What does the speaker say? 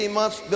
months